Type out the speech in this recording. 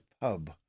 pub